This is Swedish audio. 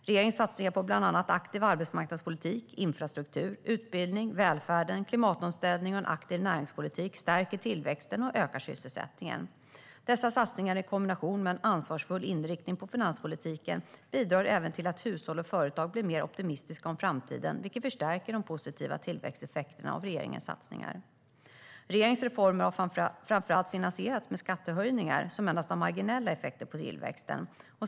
Regeringens satsningar på bland annat en aktiv arbetsmarknadspolitik, infrastruktur, utbildning, välfärden, klimatomställning och en aktiv näringspolitik stärker tillväxten och ökar sysselsättningen. Dessa satsningar i kombination med en ansvarsfull inriktning på finanspolitiken bidrar även till att hushåll och företag blir mer optimistiska om framtiden, vilket förstärker de positiva tillväxteffekterna av regeringens satsningar. Regeringens reformer har framför allt finansierats med skattehöjningar som endast har marginella effekter på tillväxten.